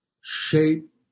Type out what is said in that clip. shape